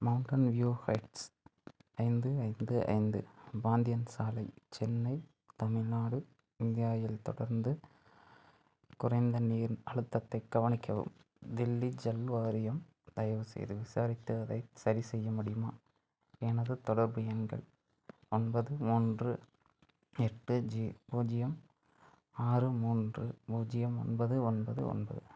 mountain view heights ஐந்து ஐந்து ஐந்து பாந்தியன் சாலை சென்னை தமிழ்நாடு இந்தியாவில் தொடர்ந்து குறைந்த நீர் அழுத்தத்தைக் கவனிக்கவும் தில்லி ஜல் வாரியம் தயவு செய்து விசாரித்து அதை சரி செய்ய முடியுமா எனது தொடர்பு எண்கள் ஒன்பது மூன்று எட்டு ஜீ பூஜ்ஜியம் ஆறு மூன்று பூஜ்ஜியம் ஒன்பது ஒன்பது ஒன்பது